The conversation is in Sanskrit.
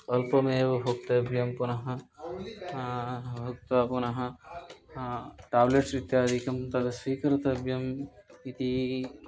अल्पमेव भोक्तव्यं पुनः पुनः टाब्लेट्स् इत्यादिकं तद् स्वीकर्तव्यम् इति